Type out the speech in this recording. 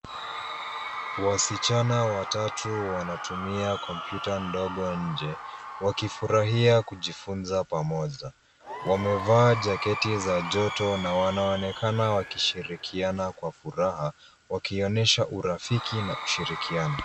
Wasichana watatu wanatumia kompyuta ndogo nje, wakifurahia kujifunza pamoja. Wamevaa jaketi za joto na wanaonekana wakishirikiana kwa furaha wakionyesha urafiki na ushirikiano.